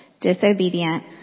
disobedient